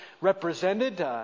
represented